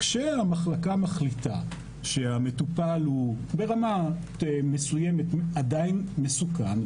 כשהמחלקה מחליטה שהמטופל הוא ברמה מסוימת עדיין מסוכן,